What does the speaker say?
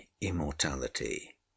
immortality